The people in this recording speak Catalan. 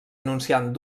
anunciant